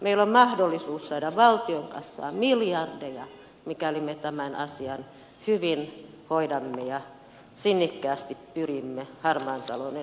meillä on mahdollisuus saada valtion kassaan miljardeja mikäli me tämän asian hyvin hoidamme ja sinnikkäästi pyrimme harmaan talouden kitkemiseen